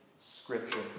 Scripture